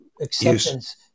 exceptions